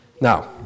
Now